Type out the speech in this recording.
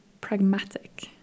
pragmatic